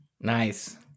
Nice